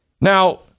Now